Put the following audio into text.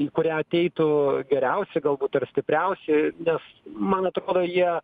į kurią ateitų geriausi galbūt ar stipriausi nes man atrodo jie